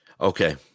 Okay